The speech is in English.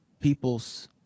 people's